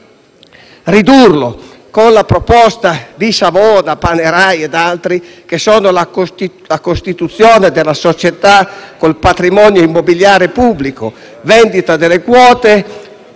ridurlo, con la proposta di Savona, Panerai e altri della costituzione di una società con patrimonio immobiliare pubblico, vendita delle quote